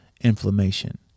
inflammation